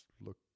look